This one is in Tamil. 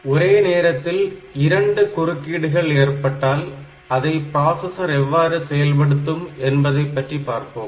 ஒரே நேரத்தில் இரண்டு குறுக்கீடுகள் ஏற்பட்டால் அதை ப்ராசசர் எவ்வாறு செயல்படுத்தும் என்பதை பற்றி பார்ப்போம்